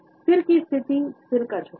सिर की स्थिति सिर का झुकाव